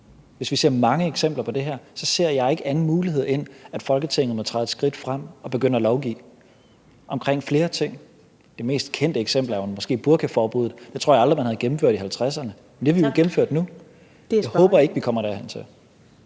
hvis vi ser mange eksempler på det her, så ser jeg ikke anden mulighed, end at Folketinget må træde et skridt frem og begynde at lovgive om flere ting. Det mest kendte eksempel er jo måske burkaforbuddet. Det tror jeg aldrig man havde gennemført i 1950'erne, men det har vi jo gennemført nu. Jeg håber ikke, at vi kommer derhentil.